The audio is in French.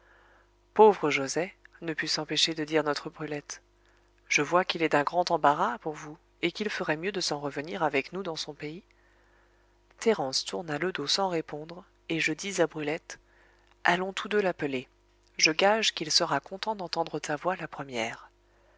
pauvre joset ne put s'empêcher de dire notre brulette je vois qu'il est d'un grand embarras pour vous et qu'il ferait mieux de s'en revenir avec nous dans son pays thérence tourna le dos sans répondre et je dis à brulette allons tous deux l'appeler je gage qu'il sera content d'entendre ta voix la première